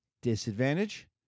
Disadvantage